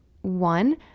One